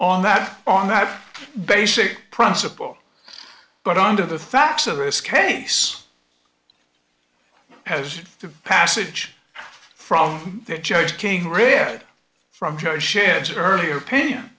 on that on that basic principle but under the facts of this case as the passage from that judge king read from joe shared earlier opinion